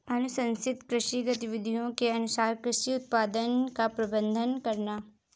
अनुशंसित कृषि गतिविधियों के अनुसार कृषि उत्पादन का प्रबंधन करना